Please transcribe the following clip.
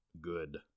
good